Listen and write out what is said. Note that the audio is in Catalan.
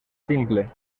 simple